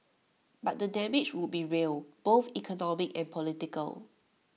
but the damage would be real both economic and political